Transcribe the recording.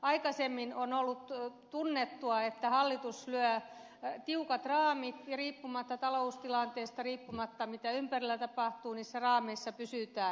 aikaisemmin on ollut tunnettua että hallitus lyö tiukat raamit ja riippumatta taloustilanteesta riippumatta siitä mitä ympärillä tapahtuu niissä raameissa pysytään